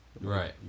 Right